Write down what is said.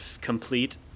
complete